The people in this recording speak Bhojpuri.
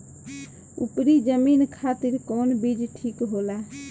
उपरी जमीन खातिर कौन बीज ठीक होला?